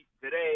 Today